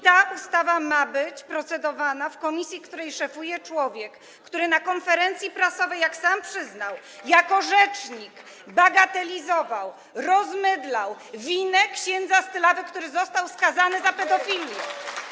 Ta ustawa ma być procedowana w komisji, której szefuje człowiek, który na konferencji prasowej, jak sam przyznał, jako rzecznik bagatelizował, rozmydlał winę księdza z Tylawy, który został skazany za pedofilię.